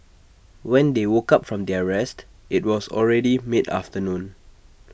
when they woke up from their rest IT was already mid afternoon